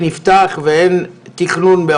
לא מספיק לבטל את התקנה.